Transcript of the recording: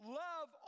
love